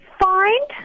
Find